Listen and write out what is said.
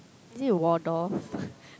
is it Waldorf